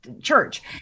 church